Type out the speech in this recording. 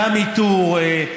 גם איתור.